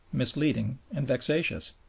misleading, and vexatious.